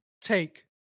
take